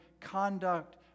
conduct